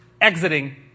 exiting